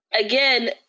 again